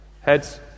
Heads